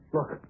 Look